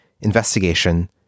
investigation